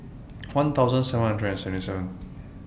one thousand seven hundred and seventy seven